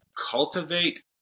cultivate